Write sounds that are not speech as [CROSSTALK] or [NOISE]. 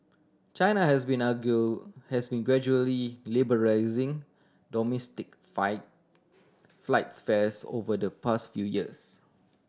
China has been argue has been gradually [UNINTELLIGIBLE] domestic fight flights fares over the past few years